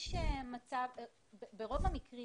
ברוב המקרים